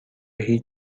هیچ